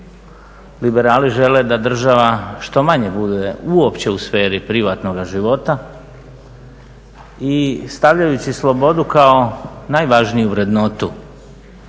Liberali žele da država što manje bude uopće u sferi privatnoga života i stavljajući slobodu kao najvažniju vrednotu